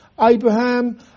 Abraham